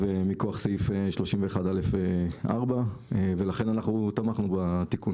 מכוח סעיף 31(א)(4) ולכן אנחנו תמכנו בתיקון.